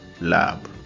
Lab